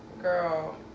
girl